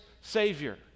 Savior